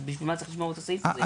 אז בשביל מה צריך לשמור את הסעיף הזה?